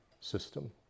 system